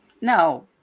No